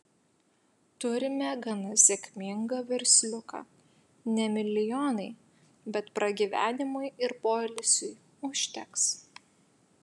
turime gana sėkmingą versliuką ne milijonai bet pragyvenimui ir poilsiui užteks